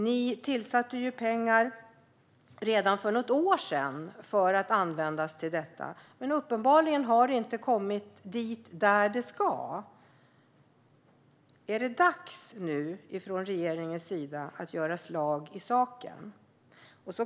Ni tillsatte ju pengar till detta redan för något år sedan, men uppenbarligen har de inte kommit dit de ska. Är det dags nu från regeringens sida att göra slag i saken?